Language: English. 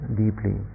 deeply